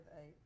eight